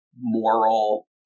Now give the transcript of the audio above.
moral